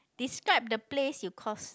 describe the place you cause